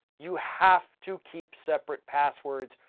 you have to keep separate passwords,